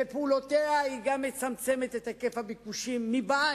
בפעולותיה היא גם מצמצמת את היקף הביקושים מבית,